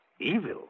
Evil